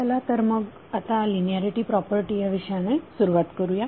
चला तर मग आता लिनिऍरिटी प्रॉपर्टी ह्या विषयाने सुरुवात करुया